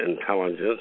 intelligence